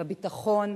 בביטחון,